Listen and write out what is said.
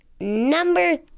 Number